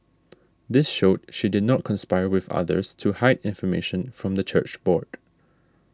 this showed she did not conspire with others to hide information from the church board